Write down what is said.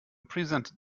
presented